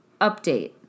update